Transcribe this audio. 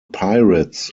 pirates